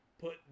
put